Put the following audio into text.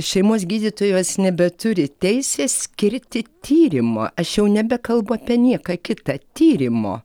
šeimos gydytojos nebeturi teisės skirti tyrimo aš jau nebekalbu apie nieką kita tyrimo